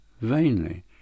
vainly